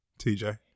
tj